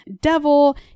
devil